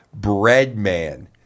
Breadman